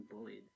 bullied